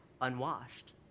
unwashed